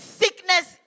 sickness